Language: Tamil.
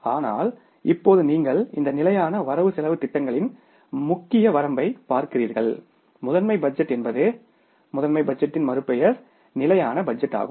ஆனால் இப்போது நீங்கள் இந்த நிலையான வரவு செலவுத் திட்டங்களின் முக்கிய வரம்பை பார்க்கிறீர்கள் முதன்மை பட்ஜெட் என்பது முதன்மை பட்ஜெட்டின் மறு பெயர் ஸ்டாடிக் பட்ஜெட் ஆகும்